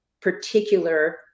particular